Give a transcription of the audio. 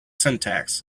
syntax